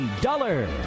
Dollar